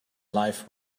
life